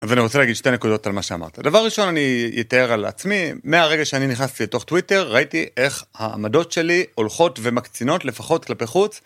אני רוצה להגיד שתי נקודות על מה שאמרת דבר ראשון אני אתאר על עצמי מהרגע שאני נכנסתי לתוך טוויטר ראיתי איך העמדות שלי הולכות ומקצינות לפחות כלפי חוץ.